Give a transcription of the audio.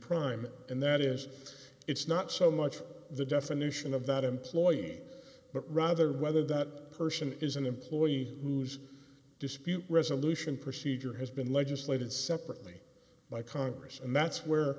prime and that is it's not so much the definition of that employee but rather whether that person is an employee whose dispute resolution push ija has been legislated separately by congress and that's where